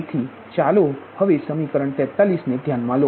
તેથી ચાલો હવે સમીકરણ 43 ને ધ્યાનમાં લો